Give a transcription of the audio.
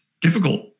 difficult